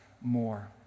more